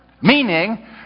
Meaning